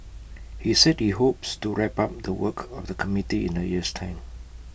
he said he hopes to wrap up the work of the committee in A year's time